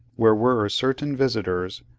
where were certain visitors,